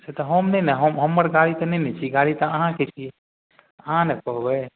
से तऽ हम नहि ने हम हमर गाड़ी तऽ नहि ने छी गाड़ी तऽ अहाँके छी अहाँ ने कहबै